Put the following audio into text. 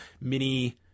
mini